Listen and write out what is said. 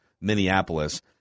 Minneapolis